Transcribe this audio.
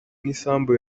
n’isambu